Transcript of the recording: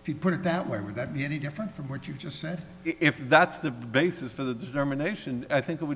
if you put it that way would that be any different from what you've just said if that's the basis for the determination i think it would